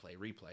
replay